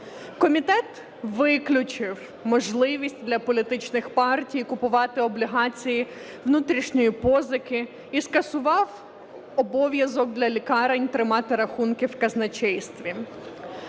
Комітет виключив можливість для політичних партій купувати облігації внутрішньої позики і скасував обов'язок для лікарень тримати рахунки в казначействі.